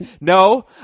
No